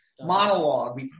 monologue